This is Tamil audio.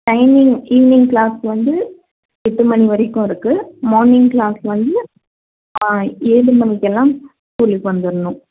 டைமிங் ஈவினிங் கிளாஸ் வந்து எட்டு மணி வரைக்கும் இருக்குது மார்னிங் கிளாஸ் வந்து ஏழு மணிக்கெல்லாம் ஸ்கூலுக்கு வந்துடணும்